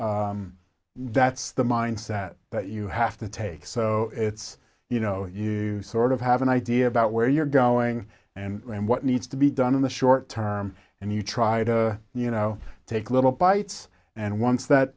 so that's the mindset that you have to take so it's you know you sort of have an idea about where you're going and what needs to be done in the short term and you try to you know take little bites and once that